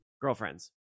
girlfriends